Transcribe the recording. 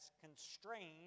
constrained